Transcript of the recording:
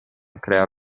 crea